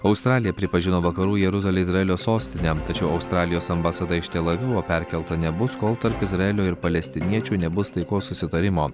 australija pripažino vakarų jeruzalę izraelio sostine tačiau australijos ambasada iš tel avivo perkelta nebus kol tarp izraelio ir palestiniečių nebus taikos susitarimo